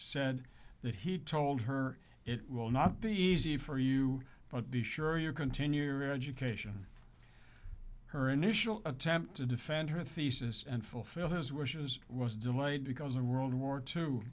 said that he told her it will not be easy for you but be sure you continue your education her initial attempt to defend her thesis and fulfill his wishes was delayed because of world war two